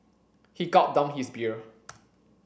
he gulped down his beer